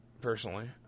personally